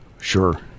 Sure